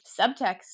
subtext